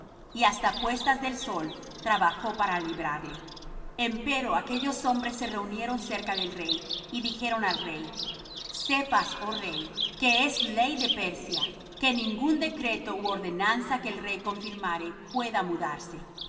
y hasta puestas del sol trabajó para librarle empero aquellos hombres se reunieron cerca del rey y dijeron al rey sepas oh rey que es ley de media y de persia que ningún decreto ú ordenanza que el rey confirmare pueda mudarse